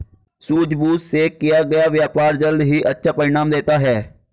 सूझबूझ से किया गया व्यापार जल्द ही अच्छा परिणाम देता है